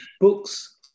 books